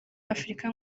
afurika